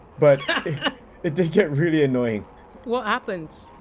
but it did get really annoying what happened?